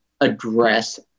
address